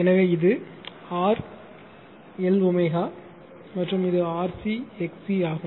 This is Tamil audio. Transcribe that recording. எனவே இது RL L ω மற்றும் இது RC XC ஆகும்